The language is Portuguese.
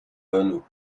ano